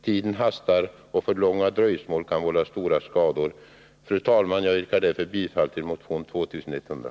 Tiden hastar, och för långa dröjsmål kan vålla stora skador. Fru talman! Jag yrkar bifall till motion 2100.